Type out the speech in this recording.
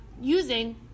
using